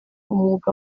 umwuga